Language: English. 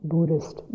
Buddhist